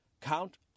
count